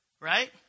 right